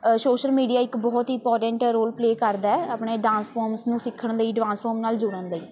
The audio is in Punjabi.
ਸ਼ੋਸ਼ਲ ਮੀਡੀਆ ਇੱਕ ਬਹੁਤ ਹੀ ਇੰਪੋਰਟੈਂਟ ਰੋਲ ਪਲੇਅ ਕਰਦਾ ਆਪਣੇ ਡਾਂਸ ਫੋਮਸ ਨੂੰ ਸਿੱਖਣ ਲਈ ਡਾਂਸ ਫੋਮਸ ਨਾਲ ਜੁੜਨ ਲਈ